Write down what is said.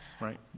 right